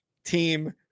team